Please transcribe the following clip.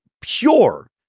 pure